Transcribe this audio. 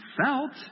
felt